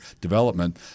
development